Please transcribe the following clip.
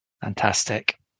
Fantastic